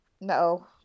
no